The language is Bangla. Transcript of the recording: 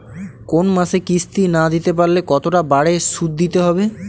কোন মাসে কিস্তি না দিতে পারলে কতটা বাড়ে সুদ দিতে হবে?